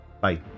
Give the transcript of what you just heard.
Bye